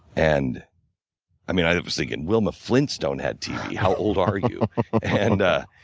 and i mean i was thinking wilma flintstone had tv how old are you? and